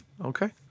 Okay